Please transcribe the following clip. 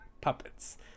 puppets